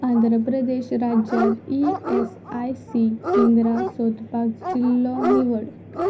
आंध्र प्रदेश राज्यांत E S I C केंद्रां सोदपाक जिल्लो निवड